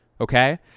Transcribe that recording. okay